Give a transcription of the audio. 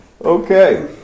Okay